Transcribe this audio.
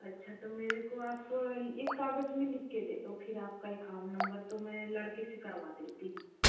अच्छा तो मेरे को आप एक कागज़ में लिखके दे दो फिर आपका एकाउंट नंबर तो मैं लड़के से करवा देती हूँ